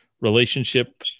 relationship